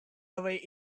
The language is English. away